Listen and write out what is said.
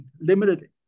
limited